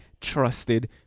trusted